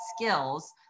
skills